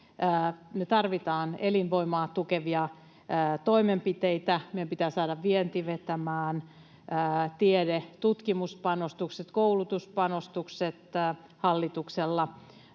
tarvitaan elinvoimaa tukevia toimenpiteitä. Meidän pitää saada vienti vetämään. Tiede‑ ja tutkimuspanostukset ja koulutuspanostukset hallituksella